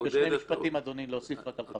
אני בשני משפטים, אדוני, להוסיף רק אחר כך.